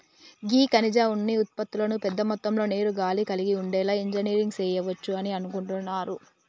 గీ ఖనిజ ఉన్ని ఉత్పతులను పెద్ద మొత్తంలో నీరు, గాలి కలిగి ఉండేలా ఇంజనీరింగ్ సెయవచ్చు అని అనుకుంటున్నారు